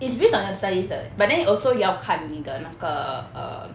it's based on your studies 的 but then also 要看你的那个 err